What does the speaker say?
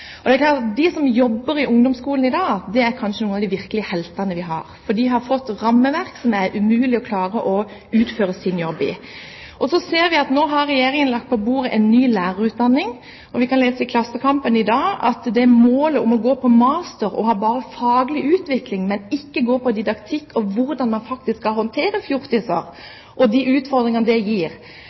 De som jobber i ungdomsskolen i dag, er kanskje noen av de virkelige heltene vi har, for de har fått rammeverk som det er umulig å klare å utføre deres jobb i. Så ser vi at nå har Regjeringen lagt på bordet en ny lærerutdanning. Vi kan lese i Klassekampen i dag at målet, å ta en master og ha bare faglig utvikling, og ikke didaktikk og lære hvordan man skal håndtere fjortiser og de utfordringer det gir,